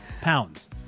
pounds